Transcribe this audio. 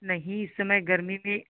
नहीं इस समय गर्मी भी